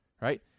right